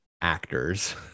actors